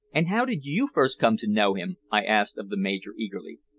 and how did you first come to know him? i asked of the major eagerly.